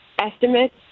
estimates